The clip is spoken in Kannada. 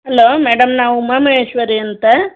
ಹಲೋ ಮೇಡಮ್ ನಾ ಉಮಾಮಹೇಶ್ವರಿ ಅಂತ